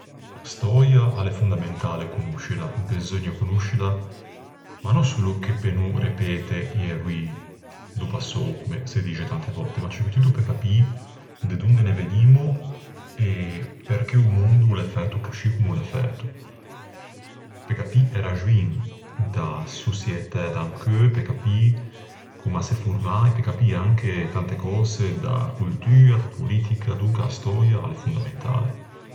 A stöia a l'é fondamentale conoscila. Beseugna conoscila ma no solo che pe no repete i erroî do passou, comme se dixe tante vòtte, ma ciù che tutto pe capî de donde ne vegnimmo e perché o mondo o l'é fæto coscì comme o l'é fæto. Pe capî e raxoin da soçietæ d'ancheu, pe capî comm'a s'é formâ e capî anche tante cöse da coltua, da politica... Donca a stöia a l'é fondamentale.